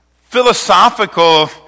philosophical